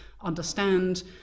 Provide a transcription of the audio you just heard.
understand